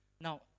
Now